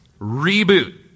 reboot